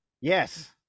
Yes